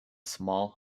small